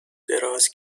دراز